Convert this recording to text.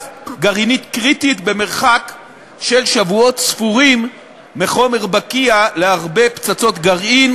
גרעינית קריטית במרחק של שבועות ספורים מחומר בקיע להרבה פצצות גרעין,